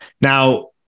Now